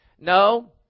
No